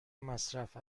مصرف